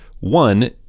One